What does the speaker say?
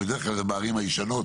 ובדרך כלל זה בערים הישנות,